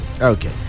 okay